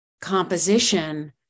composition